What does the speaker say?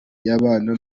y’abana